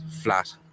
flat